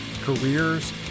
careers